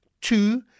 two